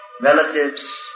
Relatives